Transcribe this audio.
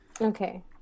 Okay